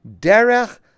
derech